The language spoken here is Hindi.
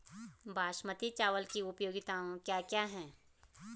बासमती चावल की उपयोगिताओं क्या क्या हैं?